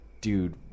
Dude